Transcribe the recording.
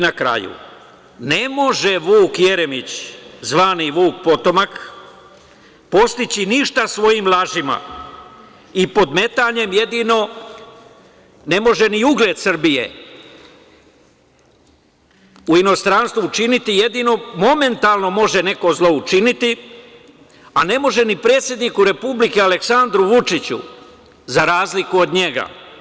Na kraju, ne može Vuk Jeremić, zvani Vuk potomak, postići ništa svojim lažima i podmetanjem, ne može ni ugled Srbije u inostranstvu učiniti, jedino momentalno može neko zlo učiniti, a ne može ni predsedniku Republike Aleksandru Vučiću, za razliku od njega.